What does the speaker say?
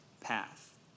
path